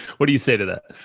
what do you say to that?